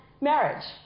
marriage